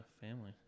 family